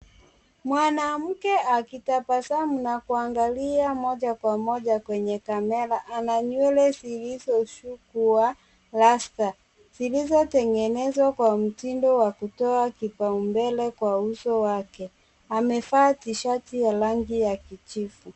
Mwanamke akitabasamu na kuangalia moja kwa moja kwenye kamera, ana nywele zilizosukwa rasta, zilizotengenezwa kwa mtindo wa kutoa kipaumbele kwa uso wake. Amevaa tishati ya rangi ya kijivu.